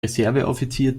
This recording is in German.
reserveoffizier